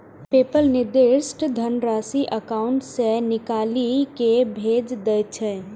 PayPal निर्दिष्ट धनराशि account सं निकालि कें भेज दै छै